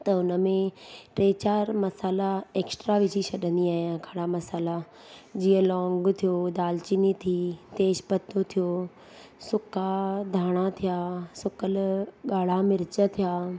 त उन में टे चारि मसाला एक्स्ट्रा विझी छॾंदी आहियां खड़ा मसाला जीअं लौंग थियो दालि चीनी थी तेज़ु पत्तो थियो सुका धाणा थिया सुकियल ॻाढ़ा मिर्च थिया